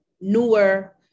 newer